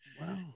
Wow